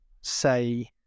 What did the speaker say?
say